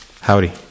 Howdy